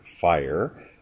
Fire